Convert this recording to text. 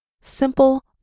Simple